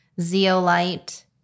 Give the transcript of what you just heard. zeolite